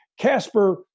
Casper